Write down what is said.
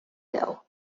goal